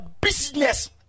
business